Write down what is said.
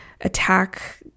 attack